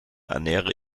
ernähre